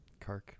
Kark